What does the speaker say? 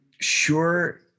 sure